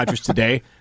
today